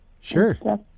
Sure